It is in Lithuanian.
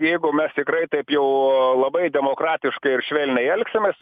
jeigu mes tikrai taip jau labai demokratiškai ir švelniai elgsimės